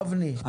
אבני,